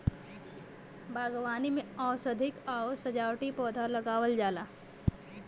बागवानी में औषधीय आउर सजावटी पौधा लगावल जाला